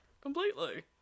Completely